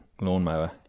lawnmower